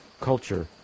culture